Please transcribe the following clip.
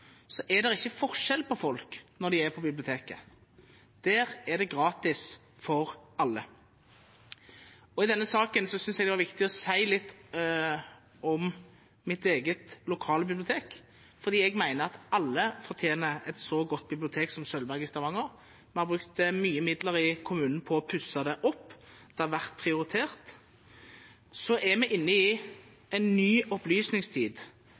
er det ikke forskjell på folk når de er på biblioteket. Der er det gratis for alle. I denne saken synes jeg det var viktig å si litt om mitt eget lokale bibliotek, for jeg mener at alle fortjener et så godt bibliotek som Sølvberget i Stavanger. Vi har brukt mye midler i kommunen på å pusse det opp – det har vært prioritert. Så er vi inne i en ny opplysningstid,